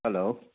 hello